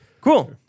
Cool